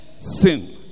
sin